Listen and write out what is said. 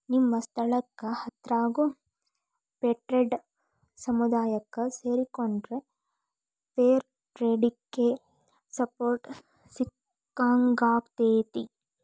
ನಿಮ್ಮ ಸ್ಥಳಕ್ಕ ಹತ್ರಾಗೋ ಫೇರ್ಟ್ರೇಡ್ ಸಮುದಾಯಕ್ಕ ಸೇರಿಕೊಂಡ್ರ ಫೇರ್ ಟ್ರೇಡಿಗೆ ಸಪೋರ್ಟ್ ಸಿಕ್ಕಂಗಾಕ್ಕೆತಿ